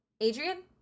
Adrian